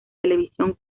televisión